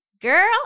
girl